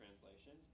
translations